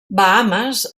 bahames